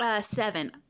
Seven